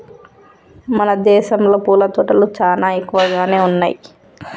మన దేసంలో పూల తోటలు చానా ఎక్కువగానే ఉన్నయ్యి